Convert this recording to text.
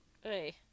hey